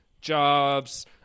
jobs